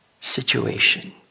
situation